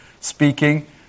speaking